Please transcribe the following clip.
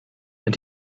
and